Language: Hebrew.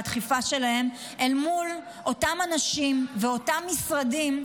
על הדחיפה שלהם מול אותם אנשים ואותם משרדים,